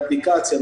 באפליקציה,